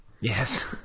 Yes